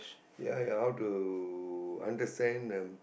ya ya how to understand the